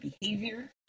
behavior